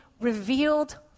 revealed